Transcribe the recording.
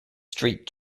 street